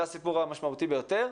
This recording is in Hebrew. זה הסיפור המשמעותי ביותר.